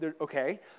okay